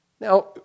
Now